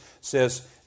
says